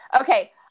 okay